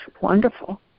wonderful